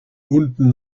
unten